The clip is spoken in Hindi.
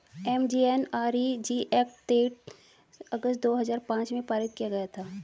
एम.जी.एन.आर.इ.जी एक्ट तेईस अगस्त दो हजार पांच में पारित किया गया था